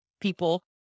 people